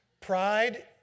Pride